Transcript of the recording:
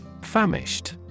Famished